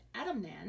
Adamnan